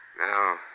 Now